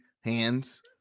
hands